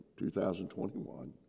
2021